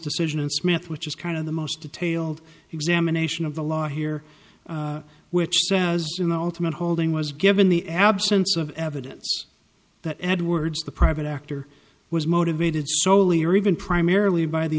decision and smith which is kind of the most detailed examination of the law here which has been the ultimate holding was given the absence of evidence that edwards the private actor was motivated solely or even primarily by the